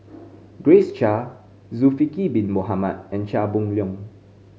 Grace Chia Zulkifli Bin Mohamed and Chia Boon Leong